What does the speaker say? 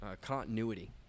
continuity